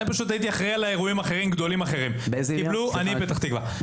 אני הייתי אחראי על אירועים גדולים אחרים בעיר פתח תקווה.